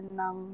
ng